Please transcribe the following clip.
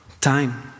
time